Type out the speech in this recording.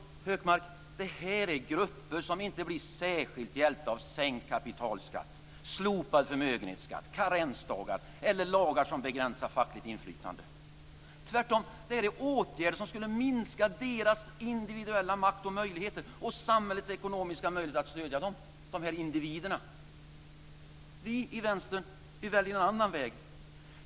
Hökmark! Det här är grupper som inte blir särskilt hjälpta av sänkt kapitalskatt, slopad förmögenhetsskatt, karensdagar eller lagar som begränsar fackligt inflytande. Tvärtom är det åtgärder som skulle minska deras individuella makt och möjligheter, och samhällets ekonomiska möjligheter att stödja dem, dessa individer. Vi i Vänstern väljer en annan väg.